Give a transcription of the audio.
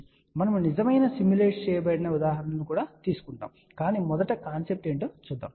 మనము నిజమైన సిమ్యులేట్ చేయబడిన ఉదాహరణలను కూడా తీసుకుంటాము కాని మొదట కాన్సెప్ట్ ను చూద్దాం